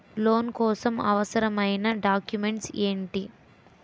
Loan కోసం అవసరమైన documents ఎంటి?